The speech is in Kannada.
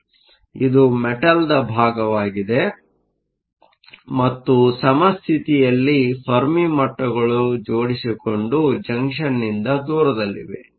ಆದ್ದರಿಂದ ಇದು ಮೆಟಲ್ನ ಭಾಗವಾಗಿದೆ ಮತ್ತು ಸಮಸ್ಥಿತಿಯಲ್ಲಿ ಫೆರ್ಮಿ ಮಟ್ಟಗಳು ಜೋಡಿಸಿಕೊಂಡು ಜಂಕ್ಷನ್ನಿಂದ ದೂರದಲ್ಲಿವೆ